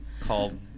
called